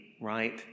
right